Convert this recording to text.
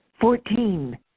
Fourteen